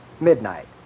midnight